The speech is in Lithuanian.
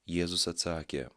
jėzus atsakė